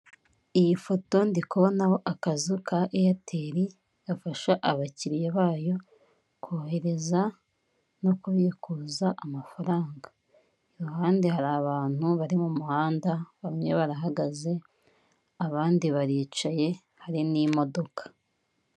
Iyi foto ndi kubonaho akazu ka Airtel gafasha abakiriya bayo kohereza no kubikuza amafaranga, iruhande hari abantu bari mu muhanda, bamwe barahagaze abandi baricaye hari n'imodoka.